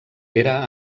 era